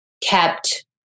kept